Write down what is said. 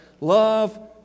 Love